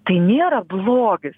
tai nėra blogis